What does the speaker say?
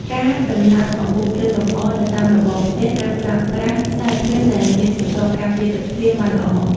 ការតម្លើងអំពូលភ្លើងលម្អនៅតាមរបងផ្ទះត្រូវប្រើប្រាស់ខ្សែភ្លើងដែលមានស្រទាប់ការពារទឹកភ្លៀងបានល្អ។